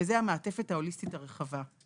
וזו היא המעטפת ההוליסטית הרחבה.